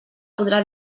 podrà